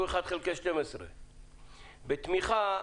הוא 1 חלקי 12. בתמיכה,